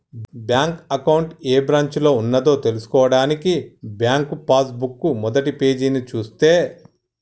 bank account ఏ బ్రాంచిలో ఉన్నదో తెల్సుకోవడానికి బ్యాంకు పాస్ బుక్ మొదటిపేజీని చూస్తే